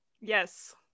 Yes